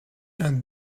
and